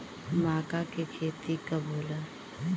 माका के खेती कब होला?